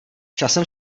časem